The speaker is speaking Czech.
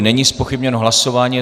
Není zpochybněno hlasování.